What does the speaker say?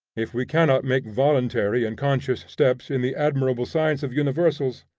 if we cannot make voluntary and conscious steps in the admirable science of universals,